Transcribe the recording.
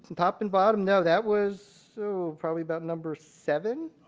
top and bottom? no, that was so probably about number seven.